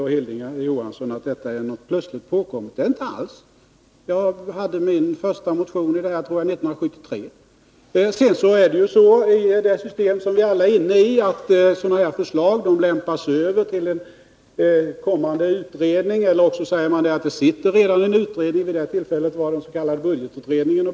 Det är det inte alls. Jag väckte min Nr 29 första motion om detta 1973, tror jag. Sedan är det så, i det system som vi alla Onsdagen den är inne i, att sådana här förslag lämpas över till en kommande utredning eller 18 november 1981 att man säger att det redan finns en utredning. Vid det aktuella tillfället var det den s.k. budgetutredningen.